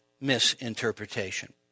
misinterpretation